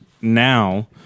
now